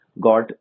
got